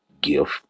gift